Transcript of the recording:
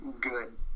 good